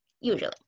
usually